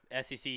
SEC